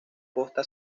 posta